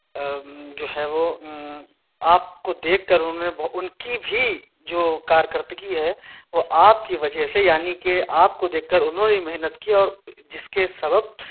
جو ہے وہ آپ کو دیکھ کر انہوں نے بہو ان کی بھی جو کار کردگی ہے وہ آپ کی وجہ سے یعنی کہ آپ کو دیکھ کر انہوں نے بھی محنت کی اور جس کے سبب